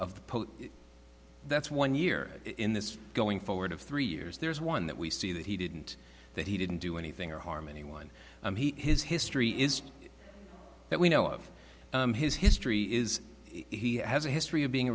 the that's one year in this going forward of three years there is one that we see that he didn't that he didn't do anything or harm anyone he his history is that we know of his history is he has a history of being